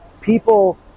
People